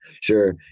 sure